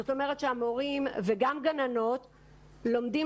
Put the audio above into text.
זאת אומרת שהמורים וגם גננות לומדים